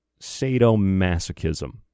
sadomasochism